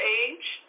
age